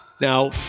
Now